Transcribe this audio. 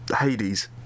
Hades